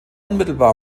unmittelbar